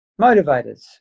motivators